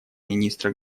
министра